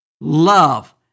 Love